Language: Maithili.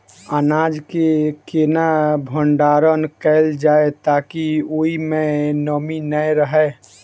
अनाज केँ केना भण्डारण कैल जाए ताकि ओई मै नमी नै रहै?